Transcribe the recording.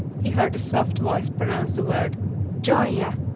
he heard a soft voice pronounce the word gioia!